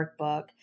workbook